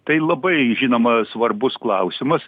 tai labai žinoma svarbus klausimas